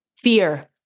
Fear